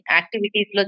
activities